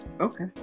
Okay